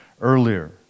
earlier